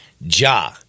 Ja